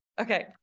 Okay